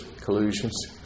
Collusions